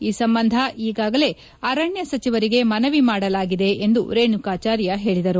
ಈ ಸಂಬಂಧ ಈಗಾಗಲೇ ಅರಣ್ಯ ಸಚಿವರಿಗೆ ಮನವಿ ಮಾಡಲಾಗಿದೆ ಎಂದು ರೇಣುಕಾಚಾರ್ಯ ಹೇಳಿದರು